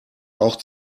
auch